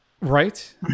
Right